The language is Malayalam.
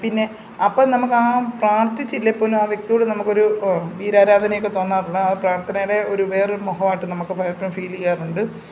പിന്നെ അപ്പോൾ നമുക്ക് ആ പ്രാർത്ഥിച്ചില്ലെങ്കിൽപോലും ആ വ്യക്തിയോട് നമുക്കൊരു വീരാരാധനയൊക്കെ തോന്നാറുള്ള ആ പ്രാർത്ഥനയുടെ ഒരു വേറൊരു മുഖമായിട്ട് നമുക്ക് പലപ്പോഴും ഫീല് ചെയ്യാറുണ്ട്